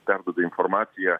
perduoda informaciją